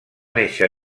néixer